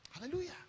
Hallelujah